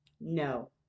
No